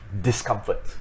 discomfort